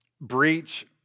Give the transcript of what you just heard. breach